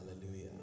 Hallelujah